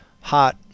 hot